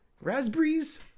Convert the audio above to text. Raspberries